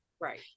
right